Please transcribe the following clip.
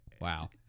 Wow